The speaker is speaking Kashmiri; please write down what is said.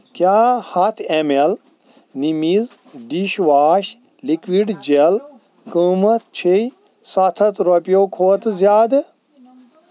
کیٛاہ ہتھ اٮ۪م اٮ۪ل نِمیٖزی ڈِش واش لِکوِڈ جٮ۪ل قۭمتھ چھے سَتھ ہَتھ رۄپٮ۪و کھۄتہٕ زِیٛادٕ؟